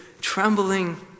trembling